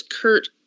Kurt